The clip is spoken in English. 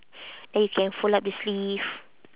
then you can fold up the sleeve